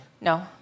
No